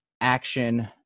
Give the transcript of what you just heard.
action